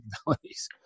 capabilities